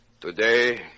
Today